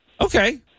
Okay